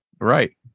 right